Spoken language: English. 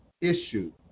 issue